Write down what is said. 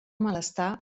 malestar